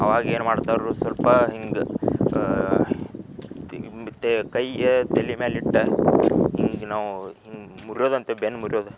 ಅವಾಗ ಏನು ಮಾಡ್ತಾರೆ ಸ್ವಲ್ಪ ಹಿಂಗೆ ಕೈ ತಲಿ ಮ್ಯಾಲೆ ಇಟ್ಟು ಹಿಂಗೆ ನಾವು ಹಿಂಗೆ ಮುರಿಯೋದಂತೆ ಬೆನ್ನು ಮುರ್ಯೋದು